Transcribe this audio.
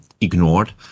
ignored